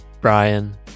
Brian